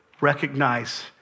recognize